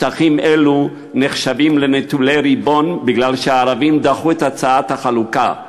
שטחים אלו נחשבים לנטולי ריבון בגלל שהערבים דחו את הצעת החלוקה,